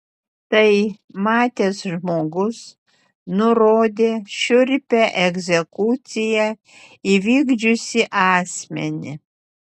tai matęs žmogus nurodė šiurpią egzekuciją įvykdžiusį asmenį